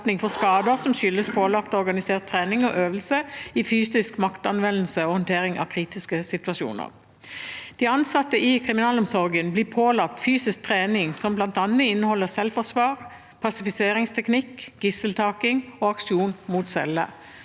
for skader som skyldes pålagt organisert trening og øvelse i fysisk maktanvendelse og håndtering av kritiske situasjoner. De ansatte i kriminalomsorgen blir pålagt fysisk trening som bl.a. inneholder selvforsvar, pasifiseringsteknikk, gisseltaking og aksjoner mot celle.